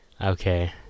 okay